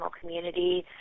community